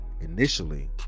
initially